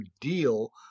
deal